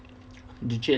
joo-chiat